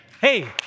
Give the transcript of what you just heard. Hey